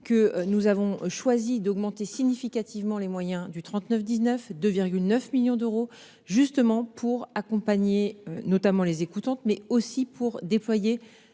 que nous avons décidé d’augmenter significativement les moyens du 3919 2,9 millions d’euros , justement pour accompagner les écoutants, mais aussi pour déployer